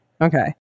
Okay